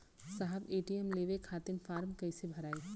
साहब ए.टी.एम लेवे खतीं फॉर्म कइसे भराई?